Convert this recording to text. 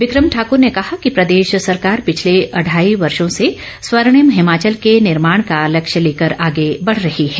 बिक्रम ठाकर ने कहा कि प्रदेश सरकार पिछले अढ़ाई वर्षो से स्वर्णिम हिमाचल के निर्माण का लक्ष्य लेकर आगे बढ़ रही है